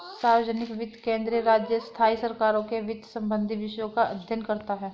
सार्वजनिक वित्त केंद्रीय, राज्य, स्थाई सरकारों के वित्त संबंधी विषयों का अध्ययन करता हैं